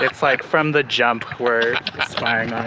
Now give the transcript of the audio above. it's, like, from the jump we're spying on